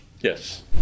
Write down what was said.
Yes